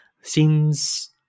seems